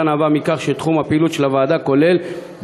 נבעה מכך שתחום הפעילות של הוועדה כולל,